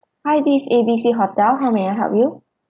hi this is A B C hotel how may I help you